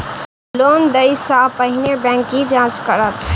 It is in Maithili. लोन देय सा पहिने बैंक की जाँच करत?